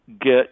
get